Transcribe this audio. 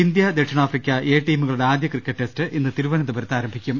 ഇന്തൃ ദക്ഷിണാഫ്രിക്ക എ ടീമുകളുടെ ആദൃ ക്രിക്കറ്റ് ടെസ്റ്റ് ഇന്ന് തിരുവനന്തപുരത്ത് ആരംഭിക്കും